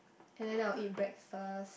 and then I'll eat breakfast